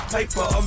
Paper